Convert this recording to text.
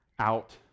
Out